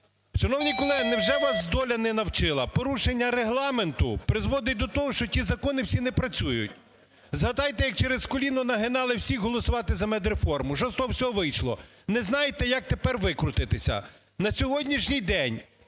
Шановні колеги, невже вас доля не навчила? Порушення Регламенту призводить до того, що ті закони всі не працюють. Згадайте, як "через коліно" нагинали всіх голосувати за медреформу. Що з того всього вийшло? Не знаєте, як тепер викрутитися. На сьогоднішній день